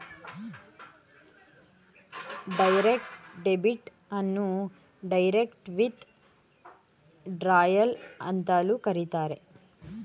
direct debit ಅನ್ನು direct withdrawal ಅಂತಲೂ ಕರೆಯುತ್ತಾರೆ